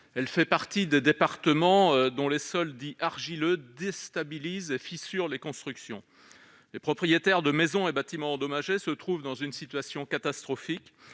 Elle fait partie des départements dont les sols dits « argileux » déstabilisent et fissurent les constructions. Les propriétaires de maisons et bâtiments endommagés se trouvent dans une situation catastrophique,